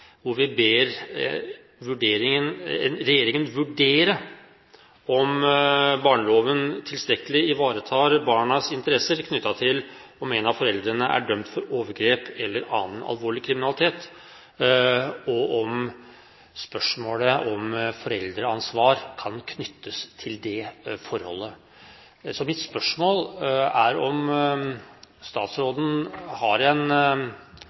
en av foreldrene er dømt for overgrep eller annen alvorlig kriminalitet, og om spørsmålet om foreldreansvar kan knyttes til det forholdet. Mitt spørsmål er om statsråden på dette stadiet har en